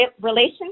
relations